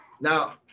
Now